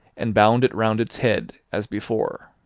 and bound it round its head, as before.